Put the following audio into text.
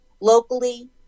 locally